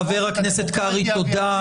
חבר הכנסת קרעי, תודה.